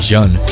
John